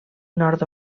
nord